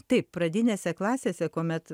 taip pradinėse klasėse kuomet